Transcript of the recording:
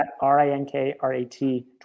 R-I-N-K-R-A-T